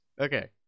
Okay